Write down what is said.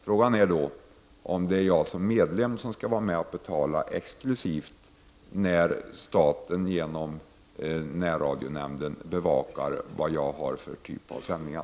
Frågan är då om det är jag som medlem som skall betala exklusivt när staten genom närradionämnden bevakar vad jag har för typ av sändningar.